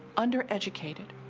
undereducated,